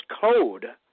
code